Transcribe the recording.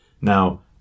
Now